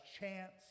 chance